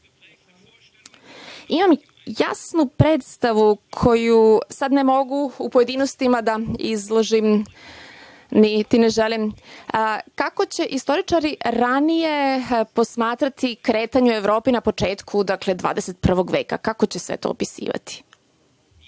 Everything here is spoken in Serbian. imam jasnu predstavu koju sad ne mogu u pojedinostima da izložim, niti želim, kako će istoričari ranije posmatrati kretanje u Evropi na početku 21. veka, kako će sve to opisivati.U